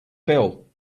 bell